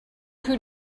who